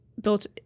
built